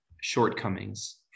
shortcomings